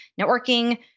Networking